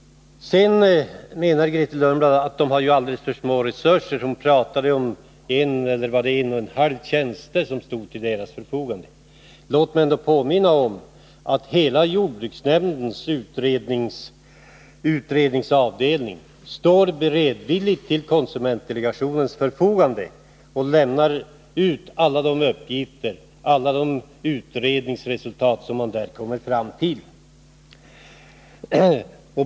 Vidare menar Grethe Lundblad att konsumentdelegationen har alldeles för små resurser. Hon sade att bara en eller en och en halv tjänst står till dess förfogande. Låt mig då påminna om att hela jordbruksnämndens utredningsavdelning beredvilligt står till konsumentdelegationens förfogande och lämnar ut alla uppgifter och utredningsresultat som man där kommer fram till.